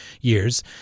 years